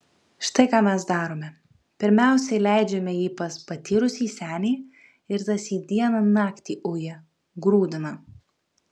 štai ką mes darome pirmiausia įleidžiame jį pas patyrusį senį ir tas jį dieną naktį uja grūdina